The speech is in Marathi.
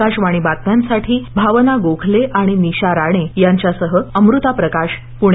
आकाशवाणी बातम्यांसाठी भावना गोखले आणि निशा राणे यांच्यासह अमृता प्रकाश पुणे